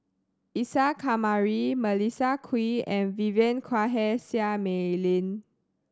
Isa Kamari Melissa Kwee and Vivien Quahe Seah Mei Lin